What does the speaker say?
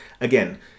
again